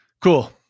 Cool